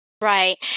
Right